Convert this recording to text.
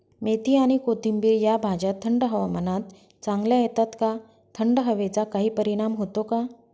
मेथी आणि कोथिंबिर या भाज्या थंड हवामानात चांगल्या येतात का? थंड हवेचा काही परिणाम होतो का?